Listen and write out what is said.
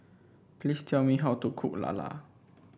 please tell me how to cook lala